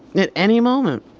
and at any moment